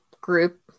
group